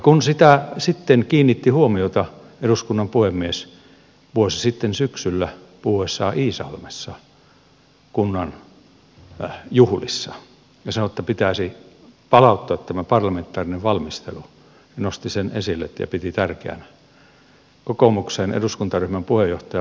kun sitten eduskunnan puhemies kiinnitti siihen huomiota vuosi sitten syksyllä puhuessaan iisalmessa kunnan juhlissa ja sanoi että pitäisi palauttaa tämä parlamentaarinen valmistelu nosti sen esille ja piti sitä tärkeänä kokoomuksen eduskuntaryhmän puheenjohtaja vapaavuori totesi